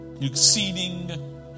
Exceeding